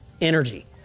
energy